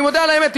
אני מודה על האמת.